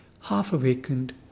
half-awakened